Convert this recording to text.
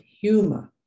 humor